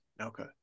Okay